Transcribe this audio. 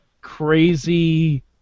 crazy